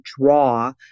draw